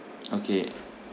okay